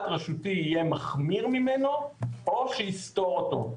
רשותי יהיה מחמיר ממנו או שיסתור אותו.